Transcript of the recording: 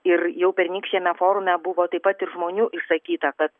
ir jau pernykščiame forume buvo taip pat ir žmonių išsakyta kad